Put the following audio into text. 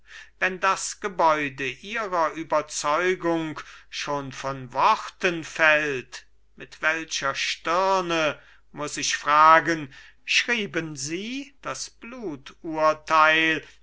wenn das gebäude ihrer überzeugung schon von worten fällt mit welcher stirne muß ich fragen schrieben sie das